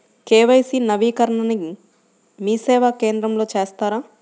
KYC నవీకరణని మీసేవా కేంద్రం లో చేస్తారా?